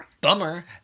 Bummer